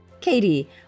Katie